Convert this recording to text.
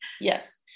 Yes